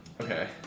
okay